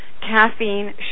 caffeine